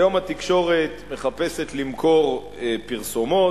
היום התקשורת מחפשת למכור פרסומות,